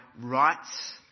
rights